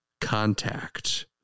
Contact